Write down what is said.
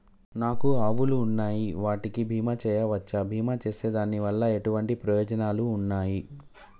నాకు ఆవులు ఉన్నాయి వాటికి బీమా చెయ్యవచ్చా? బీమా చేస్తే దాని వల్ల ఎటువంటి ప్రయోజనాలు ఉన్నాయి?